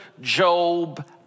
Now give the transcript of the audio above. Job